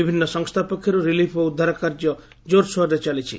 ବିଭିନ୍ନ ସଂସ୍ଥା ପକ୍ଷରୁ ରିଲିଫ୍ ଓ ଉଦ୍ଧାର କାର୍ଯ୍ୟ ଜୋରସୋରରେ ଚାଲିଛି